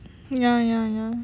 ya ya ya